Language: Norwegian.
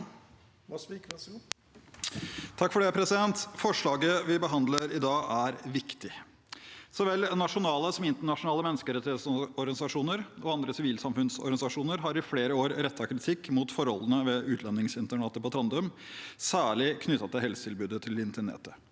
Vasvik (A) Forslaget vi behandler i dag, er viktig. Så vel nasjonale som internasjonale menneskerettighetsorganisasjoner og andre sivilsamfunnsorganisasjoner har i flere år rettet kritikk mot forholdene ved utlendingsinternatet på Trandum, særlig knyttet til helsetilbudet til de internerte.